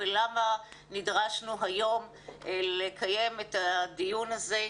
ולמה נדרשנו היום לקיים את הדיון הזה.